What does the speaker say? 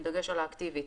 בדגש על אקטיבית,